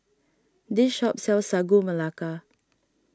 this shop sells Sagu Melaka